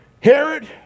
Herod